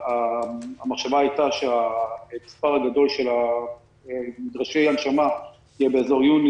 - המחשבה הייתה שהמספר הגדול של נדרשי ההנשמה יהיו באזור יוני,